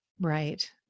Right